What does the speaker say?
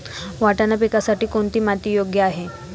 वाटाणा पिकासाठी कोणती माती योग्य आहे?